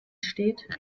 steht